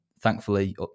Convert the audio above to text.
Thankfully